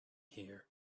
here